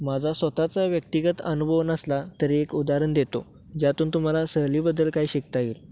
माझा स्वतःचा व्यक्तिगत अनुभव नसला तरी एक उदाहरण देतो ज्यातून तुम्हाला सहलीबद्दल काही शिकता येईल